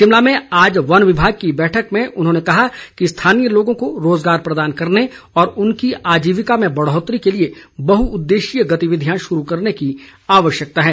शिमला में आज वन विभाग की बैठक में उन्होंने कहा कि स्थानीय लोगों को रोज़गार प्रदान करने और उनकी आजीविका में बढ़ौतरी के लिए बहुद्देशीय गतिविधियां शुरू करने की आवश्यकता है